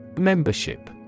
Membership